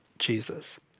Jesus